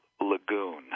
lagoon